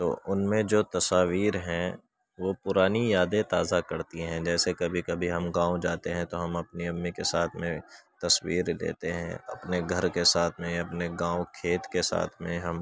تو ان میں جو تصاویر ہیں وہ پرانی یادیں تازہ کرتی ہیں جیسے کبھی کبھی ہم گاؤں جاتے ہیں تو ہم اپنی امی کے ساتھ میں تصویر لیتے ہیں اپنے گھر کے ساتھ میں اپنے گاؤں کھیت کے ساتھ میں ہم